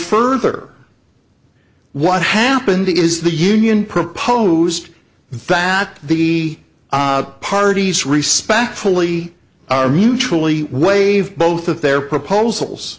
further what happened is the union proposed that the parties respectfully are mutually waived both of their proposals